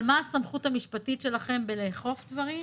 מה הסמכות המשפטית שלכם בלאכוף דברים?